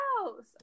house